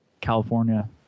California